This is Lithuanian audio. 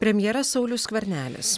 premjeras saulius skvernelis